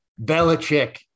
Belichick